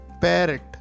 Parrot